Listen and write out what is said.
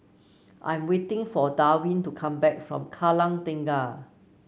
I'm waiting for Darwin to come back from Kallang Tengah